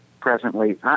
presently